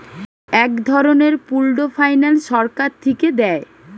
এক ধরনের pooled finance সরকার থিকে দেয়